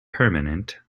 permanent